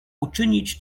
uczynić